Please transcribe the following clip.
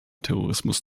terrorismus